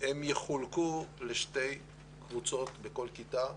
הם יחולקו לשתי קבוצות בכל כיתה,